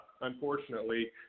unfortunately